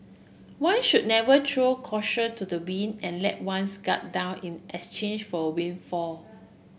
one should never throw caution to the wind and let one's guard down in exchange for windfall